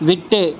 விட்டு